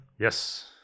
Yes